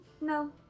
no